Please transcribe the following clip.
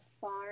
farm